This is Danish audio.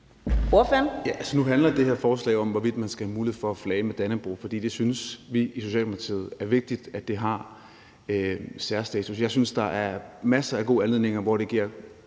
Nu handler det her forslag jo om, hvorvidt man skal have mulighed for at flage med Dannebrog, og vi synes i Socialdemokratiet, at det er vigtigt, at Dannebrog har særstatus. Jeg synes, der er masser af anledninger, hvor det giver